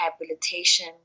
rehabilitation